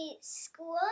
school